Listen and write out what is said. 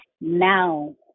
now